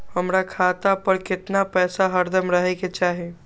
हमरा खाता पर केतना पैसा हरदम रहे के चाहि?